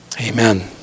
Amen